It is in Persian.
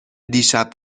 دیشب